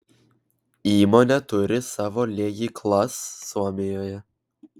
įmonė turi savo liejyklas suomijoje